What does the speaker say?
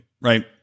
right